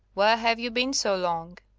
where have you been so long?